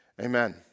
Amen